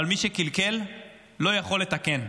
אבל מי שקלקל לא יכול לתקן.